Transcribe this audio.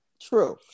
True